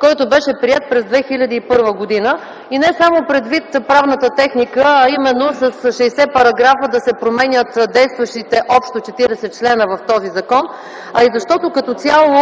който беше приет през 2001 г., не само предвид правната техника, а именно с 60 параграфа се променят действащите общо 40 члена в този закон, а и защото като цяло